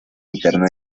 interno